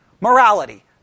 Morality